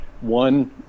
one